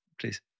please